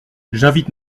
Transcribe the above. j’invite